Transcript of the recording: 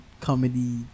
comedy